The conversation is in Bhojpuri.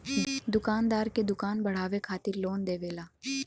दुकानदार के दुकान बढ़ावे खातिर लोन देवेला